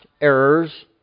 errors